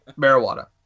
Marijuana